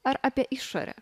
ar apie išorę